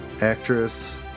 actress